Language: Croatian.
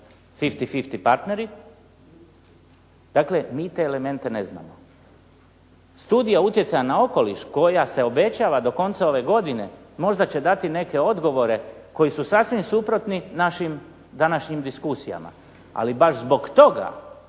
50:50 partneri. Dakle, mi te elemente ne znamo. Studija utjecaja na okoliš koja se obećava do konca ove godine možda će dati neke odgovore koji su sasvim suprotni našim današnjim diskusijama. Ali baš zbog toga